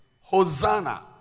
Hosanna